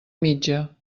mitja